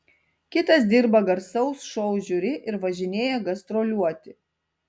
kitas dirba garsaus šou žiuri ir važinėja gastroliuoti